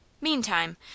Meantime